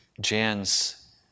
Jan's